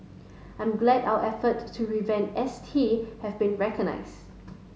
I'm glad our efforts to revamp S T have been recognized